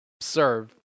serve